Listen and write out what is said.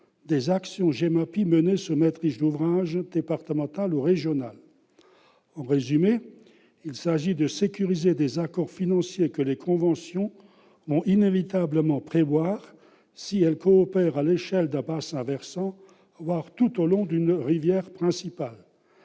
des actions GEMAPI menées sous maîtrise d'ouvrage départementale ou régionale. En résumé, il s'agit de sécuriser des accords financiers que les conventions vont inévitablement prévoir si elles coopèrent à l'échelle d'un bassin-versant, voire tout au long d'une rivière principale.